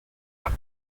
mets